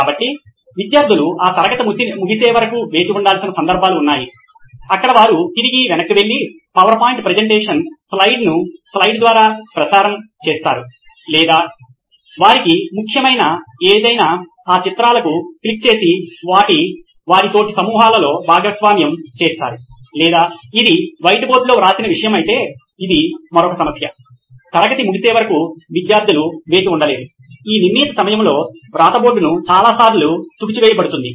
కాబట్టి విద్యార్థులు ఆ తరగతి ముగిసే వరకు వేచి ఉండాల్సిన సందర్భాలు ఉన్నాయి అక్కడ వారు తిరిగి వెనక్కి వెళ్లి పవర్ పాయింట్ ప్రెజెంటేషన్ స్లైడ్ను స్లైడ్ ద్వారా ప్రసారం చేస్తారు లేదా వారికి ముఖ్యమైనది ఏమైనా ఆ చిత్రాలను క్లిక్ చేసి వారి తోటి సమూహాలలో భాగస్వామ్యం చేస్తారు లేదా ఇది వైట్ బోర్డ్లో వ్రాసిన విషయము అయితే ఇది మరొక సమస్య తరగతి ముగిసే వరకు విద్యార్థులు వేచి ఉండలేరు ఈ నిర్ణీత సమయంలో రాత బోర్డును చాలాసార్లు తుడిచివేయబడుతుంది